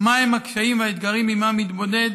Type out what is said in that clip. מהם הקשיים והאתגרים שעימם מתמודד